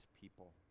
people